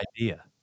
idea